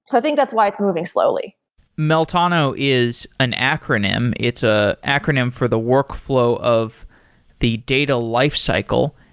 so think that's why it's moving slowly meltano is an acronym. it's a acronym for the workflow of the data lifecycle.